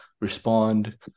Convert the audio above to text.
respond